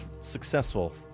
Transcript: successful